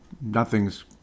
nothing's